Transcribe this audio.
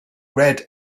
red